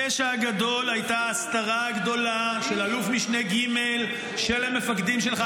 הפשע הגדול היה ההסתרה הגדולה של אלוף משנה ג' של המפקדים שלך,